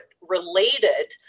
related